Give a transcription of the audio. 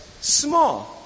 small